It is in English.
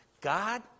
God